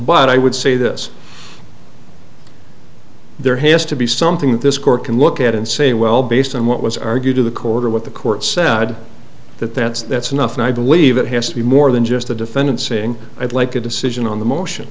but i would say this there has to be something that this court can look at and say well based on what was argued to the court or what the court said that that's that's enough and i believe it has to be more than just the defendant saying i'd like a decision on the motion